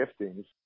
giftings